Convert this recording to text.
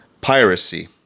piracy